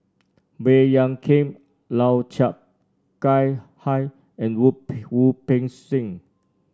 Baey Yam Keng Lau Chiap Khai High and Wu Wu Peng Seng